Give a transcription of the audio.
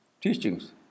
teachings